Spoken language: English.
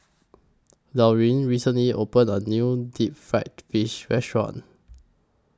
Laurine recently opened A New Deep Fried Fish Restaurant